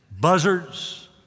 Buzzards